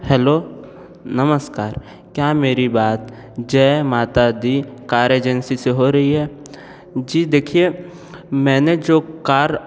hello नमस्कार क्या मेरी बात जय माता दी कार एजेंसी से हो रही है जी देखिए मैंने जो कार